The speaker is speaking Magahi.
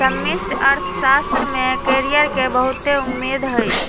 समष्टि अर्थशास्त्र में कैरियर के बहुते उम्मेद हइ